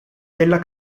della